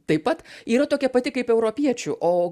taip pat yra tokia pati kaip europiečių o